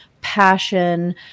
passion